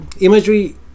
imagery